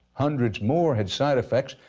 hundreds more had side effects,